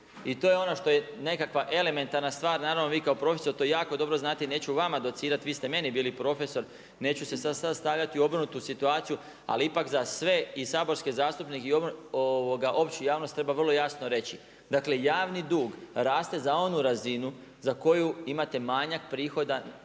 I to je ono što je nekakva elementarna stvar, naravno vi kao profesor to jako dobro znate i neću vama docirati, vi ste meni bili profesor, neću se sada stavljati u obrnutu situaciju ali ipak za sve i saborske zastupnike i opću javnost treba vrlo jasno reći, dakle javni dug raste za onu razinu za koju imate manjak prihoda